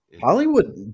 Hollywood